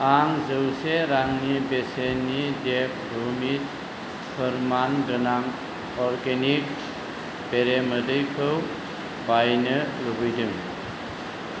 आं जौसे रांनि बेसेननि देबभुमि फोरमान गोनां अरगेनिक बेरेमोदैखौ बायनो लुबैदों